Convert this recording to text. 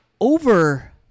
over